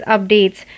Updates